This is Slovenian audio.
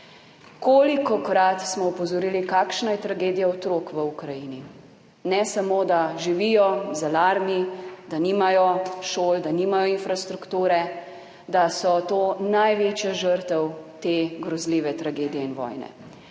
Kolikokrat smo opozorili, kakšna je tragedija otrok v Ukrajini, ne samo, da živijo z alarmi, da nimajo šol, da nimajo infrastrukture, da so to največja žrtev te grozljive tragedije in vojne.